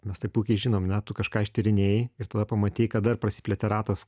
mes tai puikiai žinom ne tu kažką ištyrinėjai ir tada pamatei kad dar prasiplėtė ratas